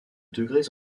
degrés